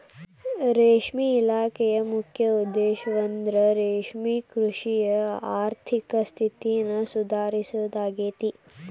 ರೇಷ್ಮೆ ಇಲಾಖೆಯ ಮುಖ್ಯ ಉದ್ದೇಶಂದ್ರ ರೇಷ್ಮೆಕೃಷಿಯ ಆರ್ಥಿಕ ಸ್ಥಿತಿನ ಸುಧಾರಿಸೋದಾಗೇತಿ